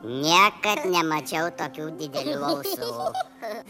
niekad nemačiau tokių didelių ausų